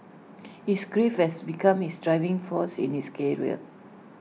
his grief has become his driving force in his career